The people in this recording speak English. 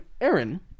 Aaron